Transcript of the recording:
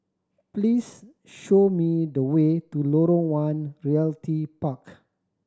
please show me the way to Lorong One Realty Park